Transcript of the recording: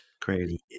crazy